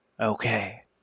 Okay